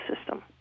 system